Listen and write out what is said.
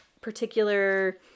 particular